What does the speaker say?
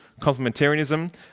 complementarianism